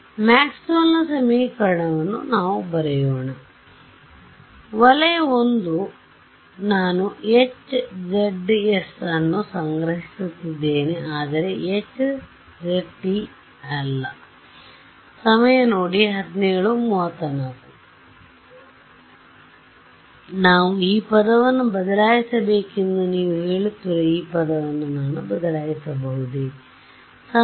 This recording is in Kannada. ಮ್ಯಾಕ್ಸ್ವೆಲ್ನ ಸಮೀಕರಣವನ್ನು Maxwell's equation ನಾವು ಬರೆಯೋಣ ವಲಯ I ನಾನು Hzs ಅನ್ನು ಸಂಗ್ರಹಿಸುತ್ತಿದ್ದೇನೆ ಆದರೆ Hzt ಅಲ್ಲ ನಾವು ಆ ಪದವನ್ನು ಬದಲಾಯಿಸಬೇಕೆಂದು ನೀವು ಹೇಳುತ್ತಿರುವ ಈ ಪದವನ್ನು ನಾನು ಬದಲಾಯಿಸಬಹುದೇ